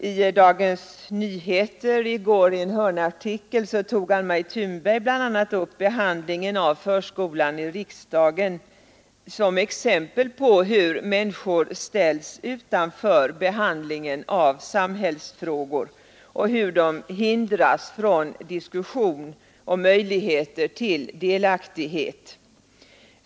I en hörnartikel i Dagens Nyheter för i går tog Anne-Marie Thunberg bl.a. upp behandlingen av förskolan i riksdagen som exempel på hur människor ställs utanför behandlingen av samhällsfrågor och hur de hindras från diskussion och möjligheter till delaktighet.